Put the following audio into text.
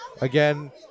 again